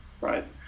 right